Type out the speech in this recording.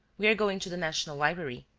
we are going to the national library.